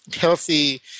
healthy